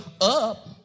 up